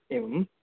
एवं